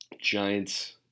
Giants